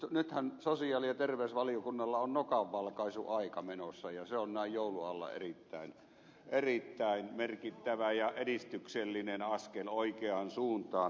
nythän sosiaali ja terveysvaliokunnalla on nokanvalkaisuaika menossa ja se on näin joulun alla erittäin merkittävä ja edistyksellinen askel oikeaan suuntaan